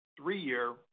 three-year